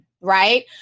right